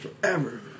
forever